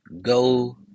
Go